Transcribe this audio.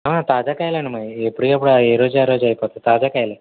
తాజా కాయలండి మావి ఎప్పటికప్పుడు ఏ రోజు ఆ రోజే అయిపోతాయి తాజా కాయలే